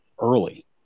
early